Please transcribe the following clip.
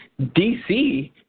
DC